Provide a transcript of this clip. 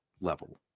level